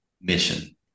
mission